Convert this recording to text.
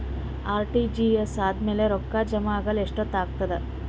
RTGS ಆದ್ಮೇಲೆ ರೊಕ್ಕ ಜಮಾ ಆಗಲು ಎಷ್ಟೊತ್ ಆಗತದ?